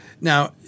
Now